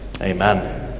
Amen